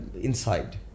inside